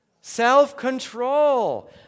Self-control